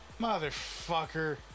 Motherfucker